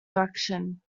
direction